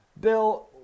Bill